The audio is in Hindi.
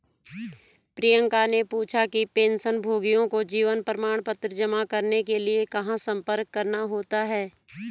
प्रियंका ने पूछा कि पेंशनभोगियों को जीवन प्रमाण पत्र जमा करने के लिए कहाँ संपर्क करना होता है?